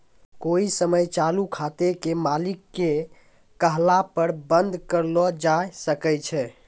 कोइ समय चालू खाते के मालिक के कहला पर बन्द कर लो जावै सकै छै